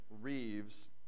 Reeves